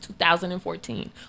2014